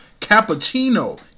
Cappuccino